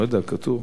לא יודע, כתוב.